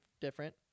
different